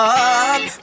up